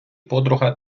подруга